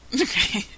Okay